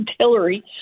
artillery